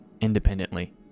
independently